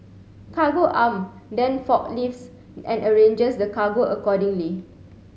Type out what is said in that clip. Cargo Arm then forklifts and arranges the cargo accordingly